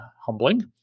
humbling